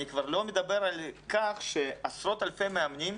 אני כבר לא מדבר על כך שעשרות אלפי מאמנים,